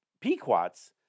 Pequots